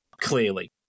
Clearly